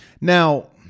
Now